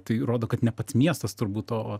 tai rodo kad ne pats miestas turbūt o